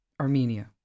Armenia